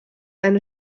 eine